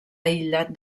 aïllat